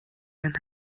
einen